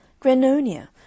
Grenonia